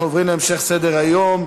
אנחנו עוברים להמשך סדר-היום: